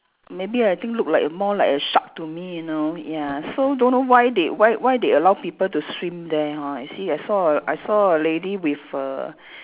maybe I think look like more like a shark to me you know ya so don't know why they why why they allow people to swim there ha I see I saw a I saw a lady with a